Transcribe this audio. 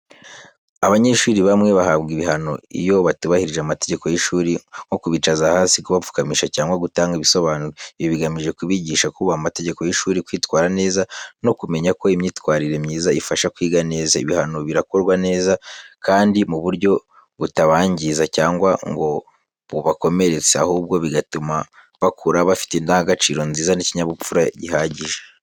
Abanyeshuri bamwe bahabwa ibihano iyo batubahirije amategeko y’ishuri nko kubicaza hasi, kubapfukamisha cyangwa gutanga ibisobanuro. Ibi bigamije kubigisha kubaha amategeko y’ishuri, kwitwara neza no kumenya ko imyitwarire myiza ifasha kwiga neza. Ibihano birakorwa neza kandi mu buryo butabangiza cyangwa ngo bubakomeretse, ahubwo bigatuma bakura bafite indangagaciro nziza n’ikinyabupfura gihagije.